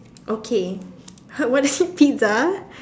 okay what is pizza